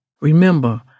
Remember